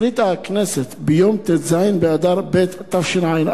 החליטה הכנסת ביום ט"ז באדר ב' התשע"א,